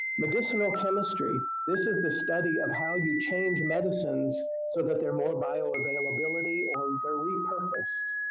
medicinal chemistry, this is the study of how you change medicines so that they're more bioavailability or they're repurposed.